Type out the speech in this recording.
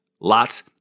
lots